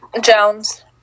Jones